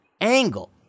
angle